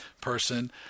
person